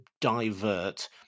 divert